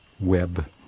web